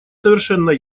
совершенно